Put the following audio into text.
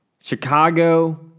Chicago